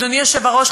אדוני היושב-ראש,